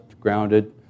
grounded